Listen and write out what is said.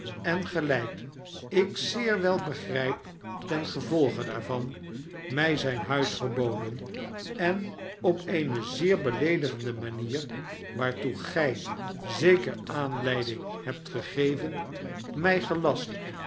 en gelijk ik zeer wel begrijp ten gevolge daarvan mij zijn huis verboden en op eene zeer beleedigende manier waartoe gij zeker aanleiding hebt gegeven mij gelast